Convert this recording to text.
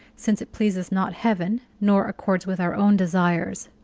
since it pleases not heaven nor accords with our own desires?